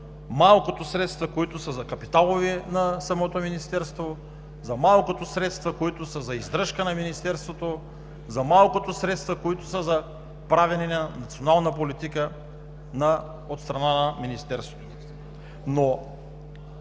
малкото средства, които са за капиталови разходи на самото Министерство, за малкото средства, които са за издръжка на Министерството, за малкото средства, които са за правене на национална политика от страна на Министерството.